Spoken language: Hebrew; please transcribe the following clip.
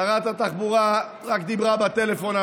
שרת התחבורה רק דיברה בטלפון.